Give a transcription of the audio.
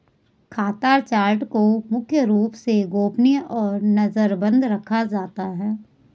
खाता चार्ट को मुख्य रूप से गोपनीय और नजरबन्द रखा जाता है